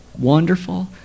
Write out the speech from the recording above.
Wonderful